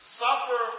suffer